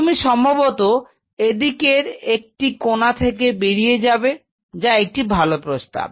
তুমি সম্ভবত এদিকের একটি কোনা থেকে বেরিয়ে যাবে যা একটি ভালো প্রস্তাব